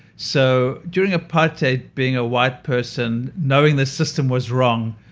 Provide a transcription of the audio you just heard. so during apartheid being a white person knowing the system was wrong,